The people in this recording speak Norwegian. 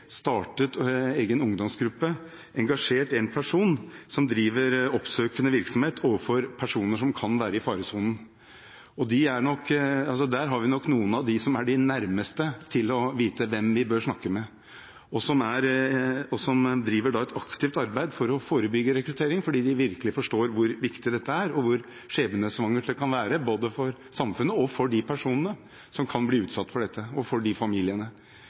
startet egen ungdomsgruppe og engasjert en person som driver oppsøkende virksomhet overfor personer som kan være i faresonen. Der har vi nok noen av dem som er de nærmeste til å vite hvem vi bør snakke med, og som driver et aktivt arbeid for å forebygge rekruttering, fordi de virkelig forstår hvor viktig dette er, og hvor skjebnesvangert det kan være både for samfunnet, for de personene som blir utsatt for dette, og for de familiene.